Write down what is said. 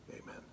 amen